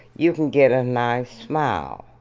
you can get a nice smile.